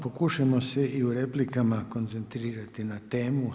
Pokušajmo se i u replikama koncentrirati na temu.